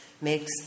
makes